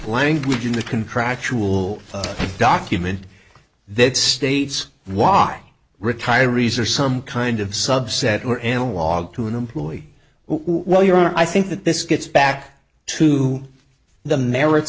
language in the contractual document that states why retiree's or some kind of subset were analog to an employee while you're i think that this gets back to the merits